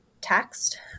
text